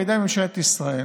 בידי ממשלת ישראל,